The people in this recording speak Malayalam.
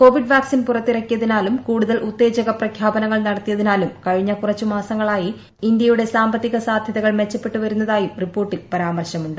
കോവിഡ് വാക്സിൻ പുറത്തിറക്കിയതി നാലും കൂടുതൽ ഉത്തേജക പ്രഖ്യാപനങ്ങൾ നടത്തിയതിനാലും കഴിഞ്ഞ കുറച്ചു മാസങ്ങളായി ഇന്ത്യയുടെ സാമ്പത്തിക സാധ്യതകൾ മെച്ചപ്പെട്ടു വരുന്നതായും റിപ്പോർട്ടിൽ പരാമർശമുണ്ട്